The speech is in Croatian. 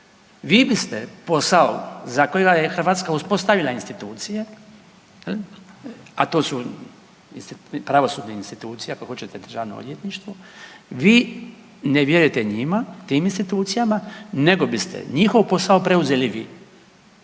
vi biste posao za koji vam je Hrvatska uspostavila institucije, a to su pravosudne institucije ako hoćete državno odvjetništvo, vi ne vjerujete njima tim institucijama, nego biste njihov posao preuzeli vi